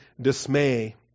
dismay